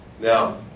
Now